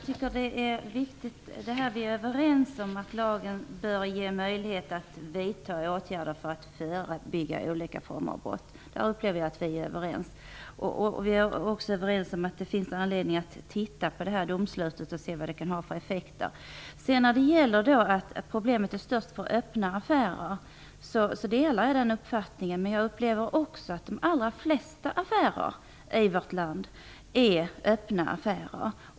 Fru talman! Detta att lagen bör ge möjlighet att vidta åtgärder för att förebygga olika former av brott är viktigt. Jag upplever att vi är överens om det. Vi är också överens om att det finns anledning att titta på det här domslutet och se vad det kan ha för effekter. Jag delar uppfattningen att problemet är störst för öppna affärer, men jag upplever också att de allra flesta affärer i vårt land är öppna affärer.